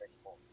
anymore